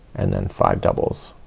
and then five doubles.